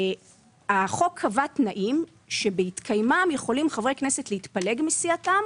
החוק קבע תנאים שבהתקיימם יכולים חברי כנסת להתפלג מסיעתם